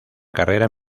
carrera